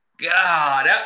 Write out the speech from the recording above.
God